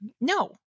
No